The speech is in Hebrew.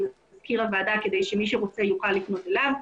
מזכיר הוועדה כדי שמי שרוצה יוכל לפנות אליו.